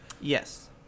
Yes